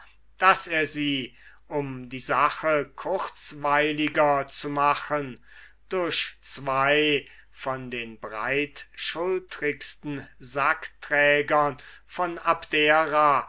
daß er sie um die sache kurzweiliger zu machen durch zween von den breitschultrigsten sackträgern von abdera